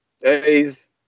days